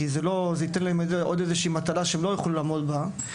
כי זה ייתן להם עוד איזו שהיא מטלה שהם לא יוכלו לעמוד בה.